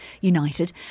United